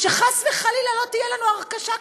שחס וחלילה לא תהיה לנו הרכשה כפולה,